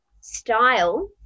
style